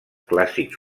clàssics